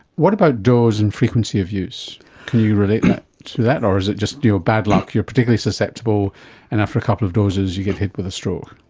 what about dose and frequency of use, can you relate to that or is it just bad luck, you're particularly susceptible and after a couple of doses you get hit with a stroke?